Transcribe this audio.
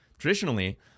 traditionally